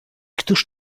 któż